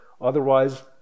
otherwise